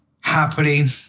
happily